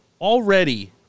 already